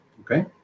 Okay